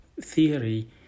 theory